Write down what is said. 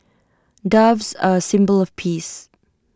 doves are A symbol of peace